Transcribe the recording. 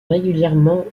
régulièrement